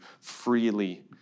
freely